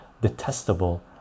detestable